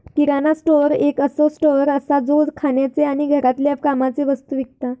किराणा store एक असो store असा जो खाण्याचे आणि घरातल्या कामाचे वस्तु विकता